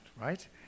right